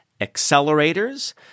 accelerators